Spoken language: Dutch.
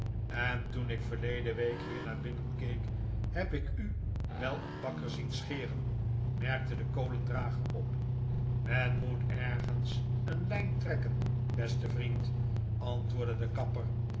en toen ik verleden week hier naar binnen keek heb ik u wel een bakker zien scheren merkte de kolendrager op men moet ergens een lijn trekken beste vriend antwoordde de kapper